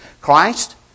Christ